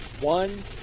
one